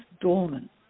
dormant